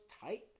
tight